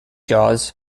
jaws